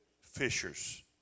Fishers